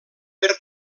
per